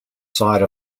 side